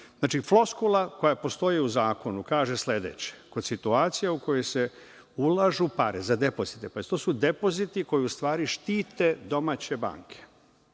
Znači, floskula koja postoji u zakonu kaže sledeće – kod situacija u kojima se ulažu pare za depozite, pazite, to su depoziti koji u stvari štite domaće banke.